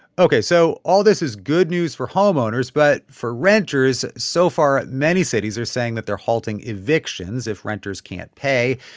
ok. so all this is good news for homeowners. but for renters, so far, many cities are saying that they're halting evictions if renters can't pay.